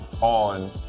on